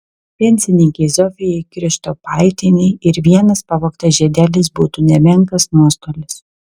pensininkei zofijai krištopaitienei ir vienas pavogtas žiedelis būtų nemenkas nuostolis